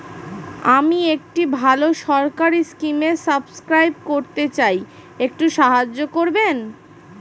আমি একটি ভালো সরকারি স্কিমে সাব্সক্রাইব করতে চাই, একটু সাহায্য করবেন?